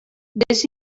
vés